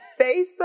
Facebook